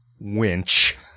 winch